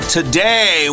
Today